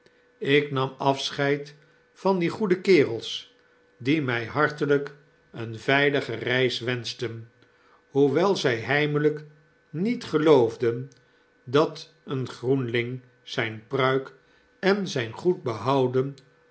ik nam afscheid van die goede kerels die my hartelyk eene veilige reis wenschten hoewel zy heimelyk niet geloofden dat een g r o e nling zijne pruik en zyn goed behouden